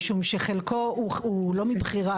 משום שחלקו הוא לא מבחירה,